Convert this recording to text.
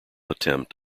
attempt